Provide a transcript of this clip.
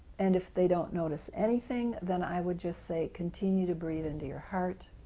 and if they don't notice anything, then i would just say, continue to breathe into your heart,